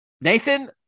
Nathan